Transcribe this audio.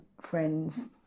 friends